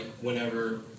whenever